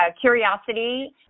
Curiosity